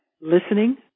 Listening